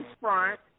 front